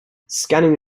scanning